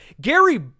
Gary